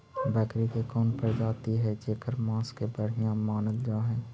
बकरी के कौन प्रजाति हई जेकर मांस के बढ़िया मानल जा हई?